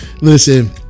Listen